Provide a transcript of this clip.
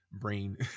brain